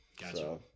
Gotcha